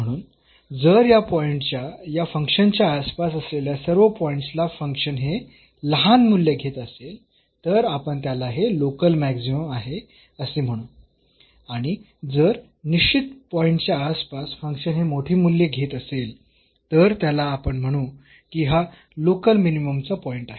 म्हणून जर या पॉईंटच्या या फंक्शनच्या आसपास असलेल्या सर्व पॉईंट्सला फंक्शन हे लहान मूल्ये घेत असेल तर आपण त्याला हे लोकल मॅक्सिमम आहे असे म्हणू आणि जर निश्चित पॉईंटच्या आसपास फंक्शन हे मोठी मूल्ये घेत असेल तर त्याला आपण म्हणू की हा लोकल मिनिममचा पॉईंट आहे